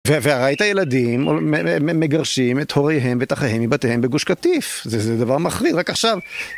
וראית ילדים מגרשים את הוריהם ואת אחיהם מבתיהם בגוש קטיף, זה דבר מחריד, רק עכשיו.